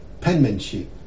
penmanship